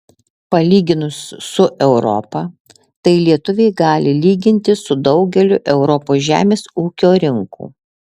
palyginus su europa tai lietuviai gali lygintis su daugeliu europos žemės ūkio rinkų